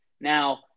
Now